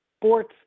Sports